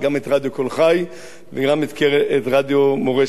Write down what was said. גם את רדיו "קול חי" וגם את רדיו "מורשת".